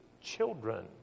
children